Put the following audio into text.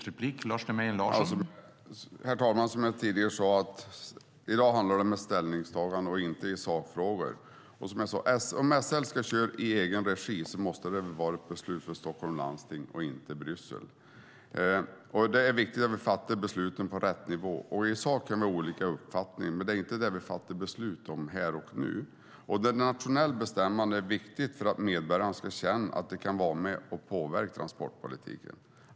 Herr talman! Som jag sade tidigare handlar det i dag inte om ett ställningstagande i sakfrågor. Om SL ska köra i egen regi måste det väl vara ett beslut för Stockholms läns landsting och inte för Bryssel? Det är viktigt att vi fattar besluten på rätt nivå. I sak kan vi ha olika uppfattningar. Men det är inte det som vi fattar beslut om här och nu. Det nationella bestämmandet är viktigt för att medborgarna ska känna att de kan vara med och påverka transportpolitiken.